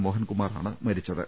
മോഹൻകുമാറാണ് മരിച്ചത്